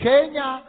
Kenya